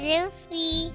Luffy